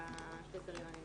בקריטריונים האלה.